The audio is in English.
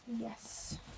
Yes